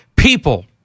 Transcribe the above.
people